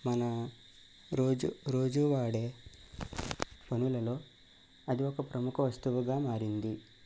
మన రోజు రోజు వాడే పనులలో అది ఒక ప్రముఖ వస్తువుగా మారింది